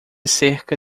cerca